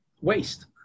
waste